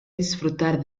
disfrutar